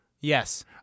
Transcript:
Yes